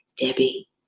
Debbie